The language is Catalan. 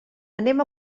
anem